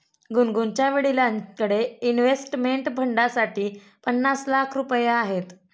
गुनगुनच्या वडिलांकडे इन्व्हेस्टमेंट फंडसाठी पन्नास लाख रुपये आहेत